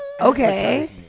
Okay